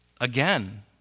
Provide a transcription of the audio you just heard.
Again